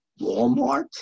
Walmart